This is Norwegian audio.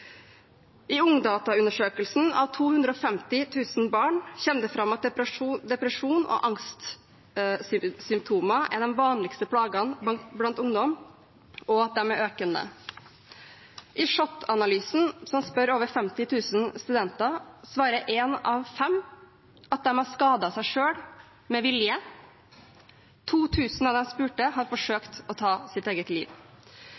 Ungdata-undersøkelsen av 250 000 barn kommer det fram at depresjons- og angstsymptomer er de vanligste plagene blant ungdom, og at de er økende. I SHoT-analysen, som spør over 50 000 studenter, svarer én av fem at de har skadet seg selv med vilje. 2 000 av de spurte har forsøkt å ta sitt eget liv.